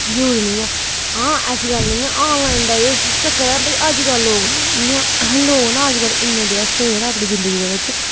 जरूरी नी ऐ आं ऐसी गल्ल नी ऐ ऑनलाइन दा एह् चक्कर ऐ भाई अज्ज कल्ल लोग ना इ'यां लोग ना अजकल इन्ने व्यस्त होए दे ना अपनी जिंदगी दे बिच